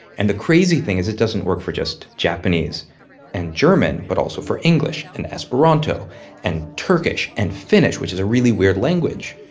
and the crazy thing is it doesn't work for just japanese and german but also for english and esperanto and turkish and finnish, which is a really weird language.